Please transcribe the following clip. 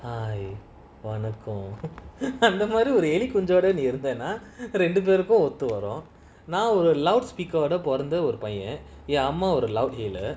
I wanna call அந்தமாதிரிஒருஎலிகுஞ்சோடநீஇருந்தேனாரெண்டுபேருக்கும்ஒத்துவரும்நான்ஒரு:andha madhiri oru elikunjoda nee irunthena renduperukum othuvarum nan oru now a loudspeaker பொறந்தஒருபையன்என்அம்மாஒரு:porantha oru payan en amma oru loud